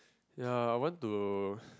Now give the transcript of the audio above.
ya I want to